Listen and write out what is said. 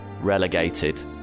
relegated